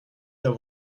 dans